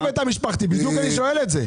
אבל אתה אומר: אני נותן אישי.